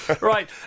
Right